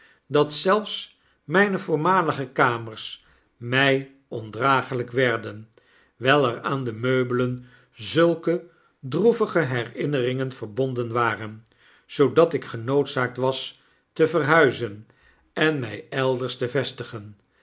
dat zelfs myne voormalige kamers mij ondraaglyk werden wijler aan de meubelen zulke droevige herinneringen verbonden waren zoodat ik genoodzaakt was te verhuizen en my elders te vestigen